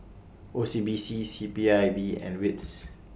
O C B C C P I B and WITS